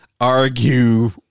Argue